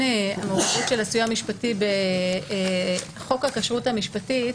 המעורבות של הסיוע המשפטי בחוק הכשרות המשפטית,